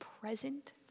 present